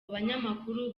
banyamakuru